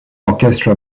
orchestra